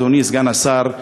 אדוני סגן השר,